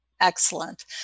Excellent